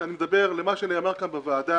אני מדבר למה שנאמר פה בוועדה